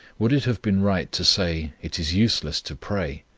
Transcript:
would it have been right to say, it is useless to pray?